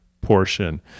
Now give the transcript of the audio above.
portion